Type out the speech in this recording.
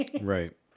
right